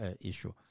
issue